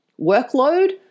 workload